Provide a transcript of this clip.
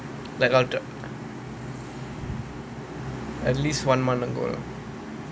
at least one month ago lah